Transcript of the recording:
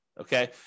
okay